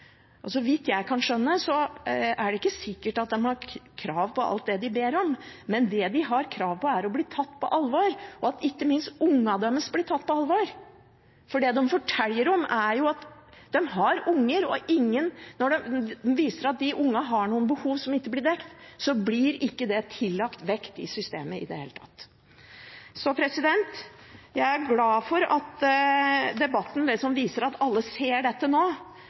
Og så vidt jeg kan skjønne, er det ikke sikkert at de har krav på alt de ber om, men det de har krav på, er å bli tatt på alvor, og ikke minst at ungene deres blir tatt på alvor. For det de forteller om, er at de har unger, og når de viser til at ungene har noen behov som ikke blir dekket, blir ikke det tillagt vekt i systemet i det hele tatt. Så jeg er glad for at debatten viser at alle ser dette, men nå